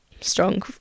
strong